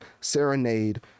serenade